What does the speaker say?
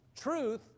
Truth